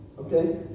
Okay